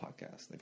podcast